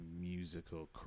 musical